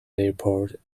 airport